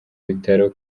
bitaro